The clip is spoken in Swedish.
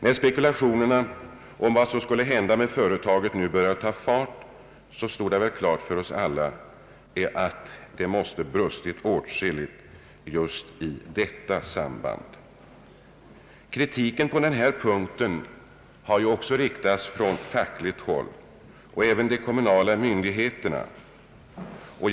När spekulationerna om vad som skulle hända med företaget började ta fart stod det väl klart för oss alla att det måste ha brustit åtskilligt just i fråga om detta samband. Kritik på denna punkt har också riktats från fackligt håll och från de kommunala myndigheternas sida.